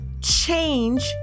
change